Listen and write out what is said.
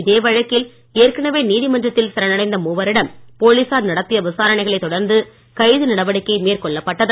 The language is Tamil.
இதே வழக்கில் ஏற்கனவே நீதிமன்றத்தில் சரணடைந்த மூவரிடம் போலீசார் நடத்திய விசாரணைகளைத் தொடர்ந்து கைது நடவடிக்கை மேற்கொள்ளப்பட்டது